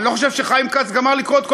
אני לא חושב שחיים כץ גמר לקרוא את כל